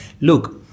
look